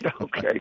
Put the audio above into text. Okay